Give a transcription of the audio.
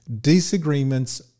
disagreements